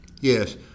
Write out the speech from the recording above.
Yes